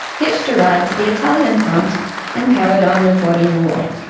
hitched a ride to the italian front and carried on reporting the war.